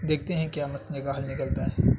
دیکھتے ہیں کیا مسئلے کا حل نکلتا ہے